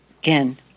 again